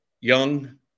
young